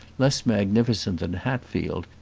less magnificent than hatfield,